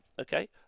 okay